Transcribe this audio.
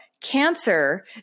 Cancer